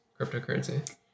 cryptocurrency